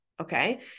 Okay